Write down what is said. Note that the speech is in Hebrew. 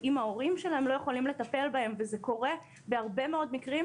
ואם ההורים שלהם לא יכולים לטפל בהם וזה קורה בהרבה מאוד מקרים,